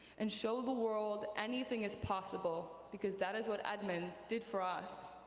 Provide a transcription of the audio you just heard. and show the world anything is possible because that is what edmonds did for us.